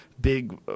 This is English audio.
Big